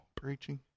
preaching